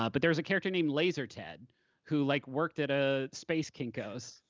but but there's a character named lazer ted who like worked at a space kinko's.